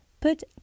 Put